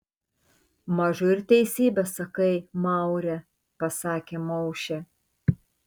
mažu ir teisybę sakai maure pasakė maušė